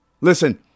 Listen